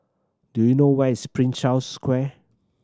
do you know where is Prince Charles Square